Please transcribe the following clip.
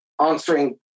answering